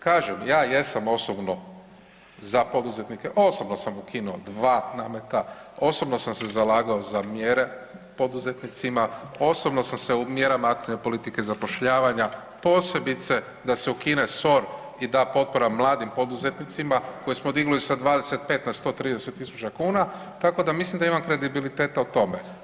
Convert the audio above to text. Kažem ja jesam osobno za poduzetnike, osobno sam ukinuo 2 nameta, osobno sam se zalagao za mjere poduzetnicima, osobno sam se u mjerama aktivne politike zapošljavanja posebice da se ukine SOR i da potpora mladim poduzetnicima koje smo digli sa 25 na 130.000 kuna tako da mislim da imam kredibiliteta u tome.